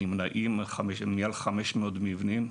מדובר במעל 500 מבנים.